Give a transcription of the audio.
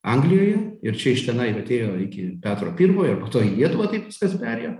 anglijoje ir čia iš tenai atėjo iki petro pirmojo ir po to į lietuvą taip viskas perėjo